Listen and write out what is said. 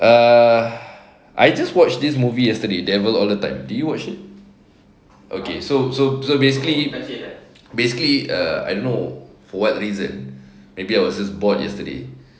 err I just watch this movie yesterday devil all the time did you watch it so so so basically basically err ah I don't know for what reason maybe I was just bored yesterday